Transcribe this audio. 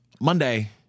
Monday